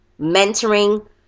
mentoring